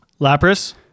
lapras